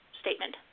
statement